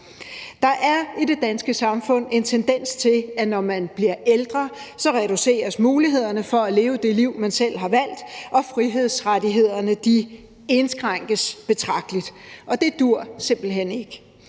Der er i det danske samfund en tendens til, at når man bliver ældre, reduceres mulighederne for at leve det liv, man selv har valgt, og frihedsrettighederne indskrænkes betragteligt, og det duer simpelt hen ikke.